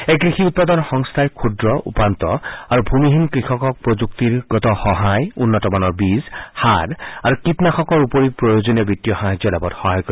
এই কৃষি উৎপাদন সংস্থাই ক্ষুদ্ৰ উপান্ত আৰু ভূমিহীন কৃষকক প্ৰযুক্তিৰ সহায় উন্নত মানৰ বীজ সাৰ আৰু কীটনাশকৰ উপৰি প্ৰয়োজনীয় বিতীয় সাহায্য লাভত সহায় কৰিব